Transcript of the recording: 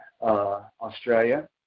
Australia